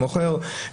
המוכר,